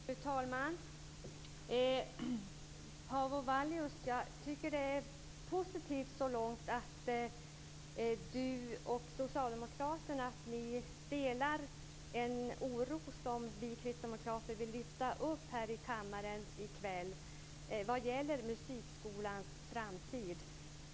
Fru talman! Paavo Vallius, jag tycker att detta är positivt så långt att du och Socialdemokraterna delar en oro som vi kristdemokrater vill lyfta upp här i kammaren i kväll vad gäller musikskolans framtid.